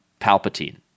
Palpatine